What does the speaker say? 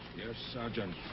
sergeant.